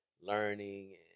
learning